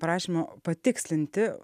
prašymo patikslinti